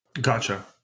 Gotcha